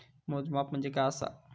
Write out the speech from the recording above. मोजमाप म्हणजे काय असा?